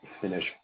finish